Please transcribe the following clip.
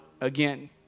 again